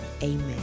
Amen